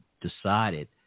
decided